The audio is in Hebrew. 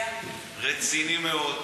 רציני מאוד,